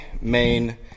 main